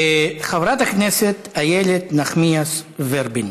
חברת הכנסת איילת נחמיאס ורבין.